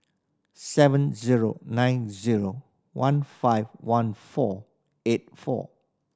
seven zero nine zero one five one four eight four